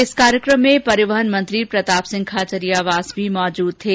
इस कार्यक्रम में परिवहन मंत्री प्रताप सिंह खाचरियावास भी मौजूद थे